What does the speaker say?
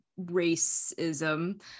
racism